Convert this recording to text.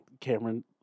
Cameron